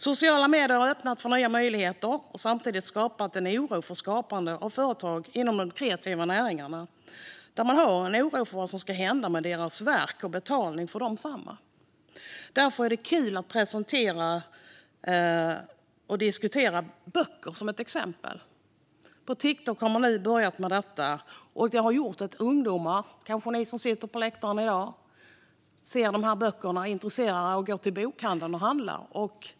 Sociala medier har öppnat för nya möjligheter men samtidigt skapat en oro hos företagare inom de kreativa näringarna för vad som ska hända med deras verk och betalningen för desamma. Därför är det kul att det har börjat presenteras och diskuteras böcker på Tiktok, vilket gör att ungdomar - kanske ni som sitter på läktaren i dag - har börjat gå till bokhandeln och köpa böcker.